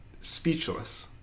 speechless